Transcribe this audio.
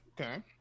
Okay